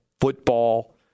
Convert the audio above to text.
football